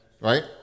right